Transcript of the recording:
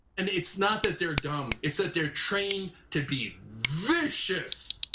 and it's not that they're dumb, it's that they're trained to be vicious,